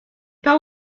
pas